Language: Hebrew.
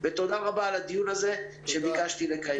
תודה רבה על הדיון הזה שאותו ביקשתי לקיים.